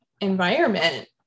environment